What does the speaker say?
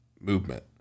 movement